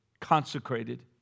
consecrated